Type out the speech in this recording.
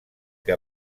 que